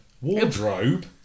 wardrobe